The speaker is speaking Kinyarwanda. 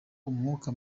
umwuka